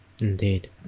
Indeed